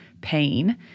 pain